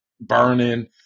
burning